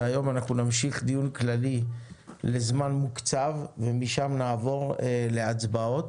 והיום נמשיך דיון כללי לזמן מוקצב ומשם נעבור להצבעות.